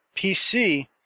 PC